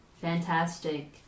Fantastic